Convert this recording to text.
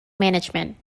management